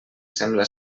sembla